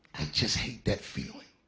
just hate that feeling.